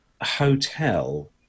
hotel